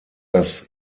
das